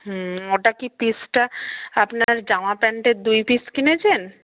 হুম ওটা কি পিসটা আপনার জামা প্যান্টের দুই পিস কিনেছেন